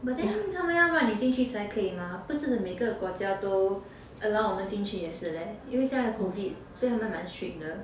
but then 他们要让你进去才可以吗不是每个国家都 allow 我们进去也是 leh 因为现在的 COVID so 他们蛮 strict 的